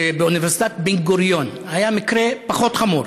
שבאוניברסיטת בן-גוריון היה מקרה פחות חמור,